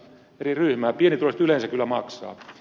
pienituloiset yleensä kyllä maksavat